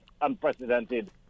unprecedented